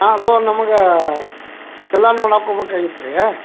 ಹಾಂ ಅಲೋ ನಮಗೆ ಕಿಲಾ ನೋಡಕ್ಕೆ ಹೋಬೇಕಾಗಿತ್ ರೀ